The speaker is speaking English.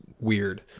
weird